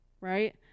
right